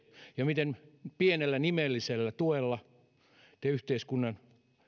ja miten pienellä nimellisellä tuella te yhteiskunnan